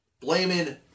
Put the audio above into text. Blaming